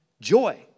joy